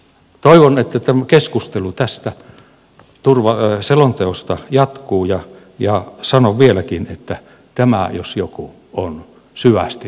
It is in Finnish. toivon että keskustelu tästä selonteosta jatkuu ja sanon vieläkin että tämä jos mikä on syvästi yhteinen asia